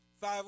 Five